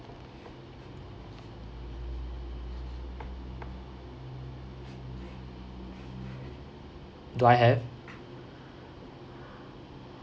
do I have